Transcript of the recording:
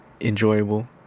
enjoyable